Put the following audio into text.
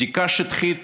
בדיקה שטחית